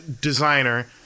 designer